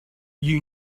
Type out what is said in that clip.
you